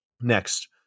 Next